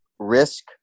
Risk